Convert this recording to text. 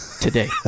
today